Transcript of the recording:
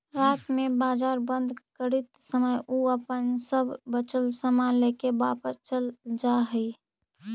रात में बाजार बंद करित समय उ अपन सब बचल सामान लेके वापस चल जा हइ